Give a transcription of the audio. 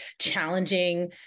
challenging